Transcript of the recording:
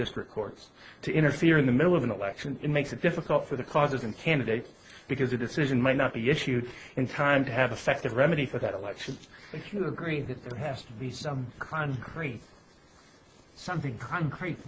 district courts to interfere in the middle of an election it makes it difficult for the causes and candidates because a decision might not be issued in time to have effective remedy for that election if you agree that there has to be some concrete something concrete